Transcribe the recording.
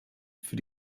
für